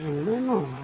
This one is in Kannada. ಎಂದು ನೋಡೋಣ